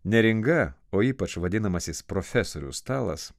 neringa o ypač vadinamasis profesorių stalas